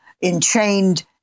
enchained